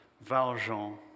Valjean